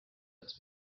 das